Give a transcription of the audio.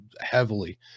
heavily